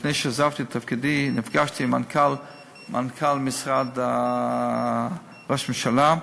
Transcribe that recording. לפני שעזבתי את תפקידי נפגשתי עם מנכ"ל משרד ראש הממשלה,